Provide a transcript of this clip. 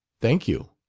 thank you.